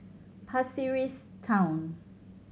Pasir Ris Town